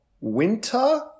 winter